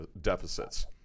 deficits